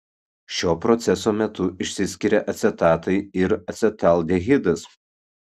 šio proceso metu išsiskiria acetatai ir acetaldehidas